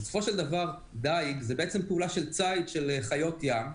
בסופו של דבר דייג זה בעצם פעולה של צייד של חיות ים,